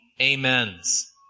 amens